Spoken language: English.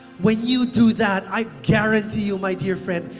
when you do that, i guarantee you my dear friend,